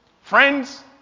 Friends